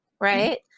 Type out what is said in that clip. right